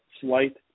slight